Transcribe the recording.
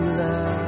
love